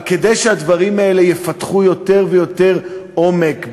אבל כדי שהדברים האלה יפתחו יותר ויותר עומק,